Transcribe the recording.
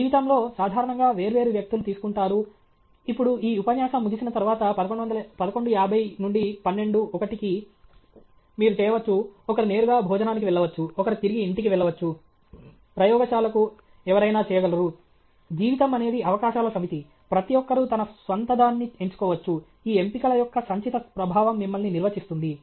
జీవితంలో సాధారణంగా వేర్వేరు వ్యక్తులు తీసుకుంటారు ఇప్పుడు ఈ ఉపన్యాసం ముగిసిన తరువాత 1150 నుండి 12 1 కి మీరు చేయవచ్చు ఒకరు నేరుగా భోజనానికి వెళ్ళవచ్చు ఒకరు తిరిగి ఇంటికి వెళ్ళవచ్చు ప్రయోగశాలకు ఎవరైనా చేయగలరు జీవితం అనేది అవకాశాల సమితి ప్రతి ఒక్కరూ తన స్వంతదాన్ని ఎంచుకోవచ్చు ఈ ఎంపికల యొక్క సంచిత ప్రభావం మిమ్మల్ని నిర్వచిస్తుంది